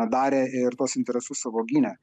darė ir tuos interesus savo gynė